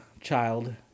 child